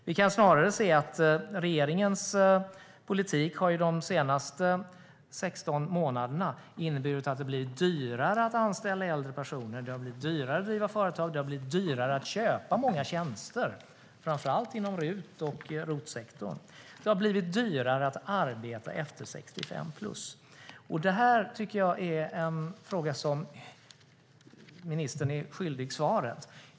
Vi kan snarare se att regeringens politik under de senaste 16 månaderna har inneburit att det har blivit dyrare att anställa äldre personer. Det har blivit dyrare att driva företag och köpa många tjänster, framför allt inom RUT och ROT-sektorn. Det har blivit dyrare att arbeta efter 65. Det tycker jag är en fråga där ministern är svaret skyldig.